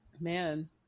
man